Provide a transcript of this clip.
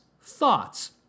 thoughts